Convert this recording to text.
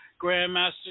Grandmaster